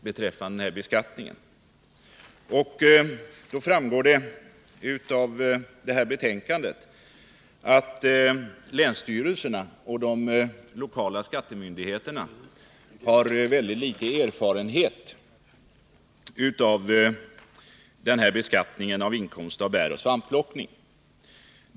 Det framgår av skatteutskottets betänkande nr 34, som vi nu behandlar, att länsstyrelserna och de lokala skattemyndigheterna har väldigt liten erfarenhet av beskattning av inkomst av bäroch svampplockning.